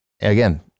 again